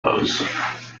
pose